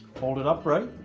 hold it upright,